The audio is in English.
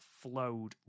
flowed